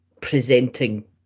presenting